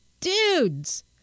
dudes